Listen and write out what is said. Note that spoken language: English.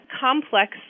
complex